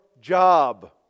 job